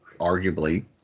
arguably